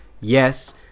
yes